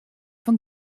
fan